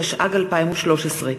התשע"ג 2013,